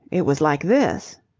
it was like this.